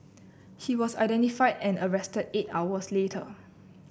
he was identified and arrested eight hours later